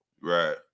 Right